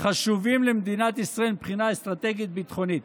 חשובים למדינת ישראל מבחינה אסטרטגית-ביטחונית.